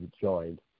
joined